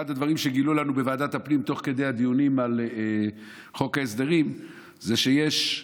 אחד הדברים שגילו לנו תוך כדי הדיונים על חוק ההסדרים זה שיש,